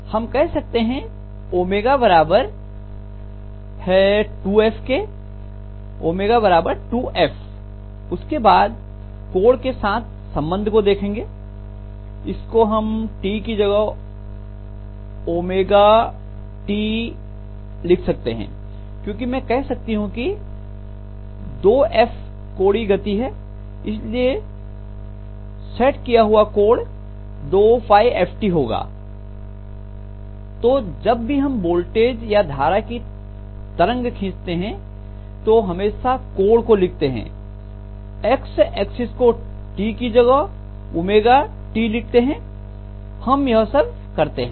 हम कह सकते हैं ओमेगा बराबर है 2f के 2 f उसके बाद कोण के साथ संबंध को देखेंगे इसको हम t की जगह ओमेगा t लिख सकते हैं क्योंकि मैं कह सकती हूं कि 2f कोणीय गति है इसलिए सेट किया हुआ कोण 2ft होगा तो जब भी हम वोल्टेज या धारा की तरंग खींचते हैं तो हमेशा कोण को लिखते हैं x एक्सिस को t की जगह t लिखते हैं हम यह सब करते हैं